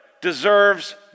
deserves